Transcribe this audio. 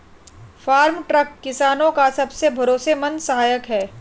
farm truck किसानो का सबसे भरोसेमंद सहायक है